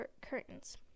curtains